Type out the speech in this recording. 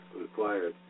required